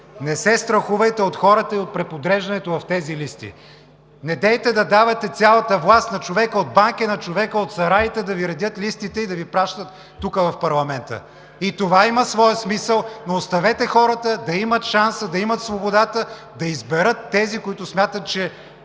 Не се страхувайте от хората и от преподреждането в тези листи! Недейте да давате цялата власт на човека от Банкя, на човека от Сараите да Ви редят листите и да Ви пращат тук, в парламента. И това има своя смисъл, но оставете хората да имат шанса, да имат свободата да изберат тези, които смятат, че